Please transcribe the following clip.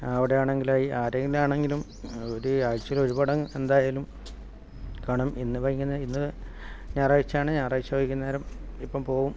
അവിടെയാണെങ്കിൽ ആരെങ്ങിലാണെങ്കിലും ഒരു ആഴ്ചയിൽ ഒരുപടം എന്തായാലും കാണും ഇന്ന് വൈകുന്നേ ഇന്ന് ഞായറാഴ്ചയാണ് ഞായറാഴ്ച വൈകുന്നേരം ഇപ്പം പോകും